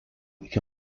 iki